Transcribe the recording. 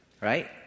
Right